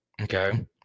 Okay